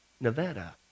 Nevada